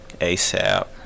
ASAP